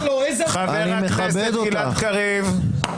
--- חבר הכנסת גלעד קריב.